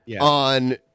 on